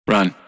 Run